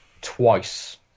twice